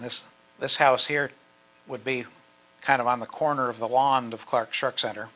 this this house here would be kind of on the corner of the laundered clark shark center